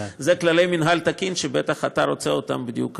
אלה כללי מינהל תקין שאתה ודאי רוצה אותם בדיוק כמוני.